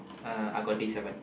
uh I got D seven